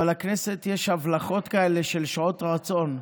אבל לכנסת יש הבלחות כאלה של שעות רצון.